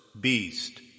beast